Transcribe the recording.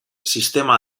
sistema